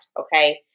Okay